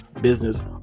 business